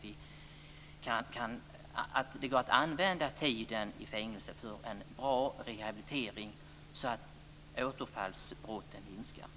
Det måste gå att använda tiden i fängelse för en bra rehabilitering, så att återfallsbrotten minskar.